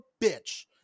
bitch